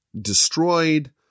Destroyed